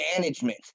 Management